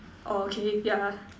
orh K yeah